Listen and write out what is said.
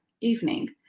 evening